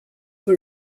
were